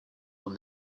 will